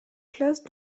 classe